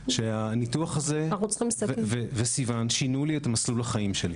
הניתוח הזה וסיוון שינו לי את מסלול החיים.